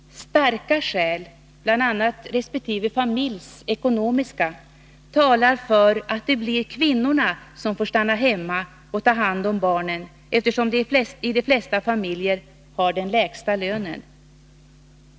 Starka skäl — bl.a. respektive familjs ekonomiska — talar för att det blir kvinnorna som får stanna hemma och ta hand om barnen eftersom de i de flesta familjer har den lägsta lönen.